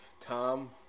Tom